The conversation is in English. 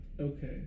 Okay